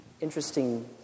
interesting